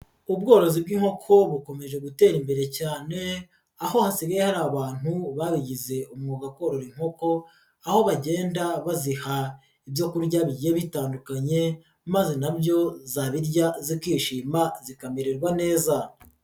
Ubworozi bw'inkoko bukomeje gutera imbere cyane, aho hasigaye hari abantu babigize umwuga wo korora inkoko, aho bagenda baziha ibyo kurya bi bitandukanye, maze nabyo zabirya zikishima zikamererwa neza.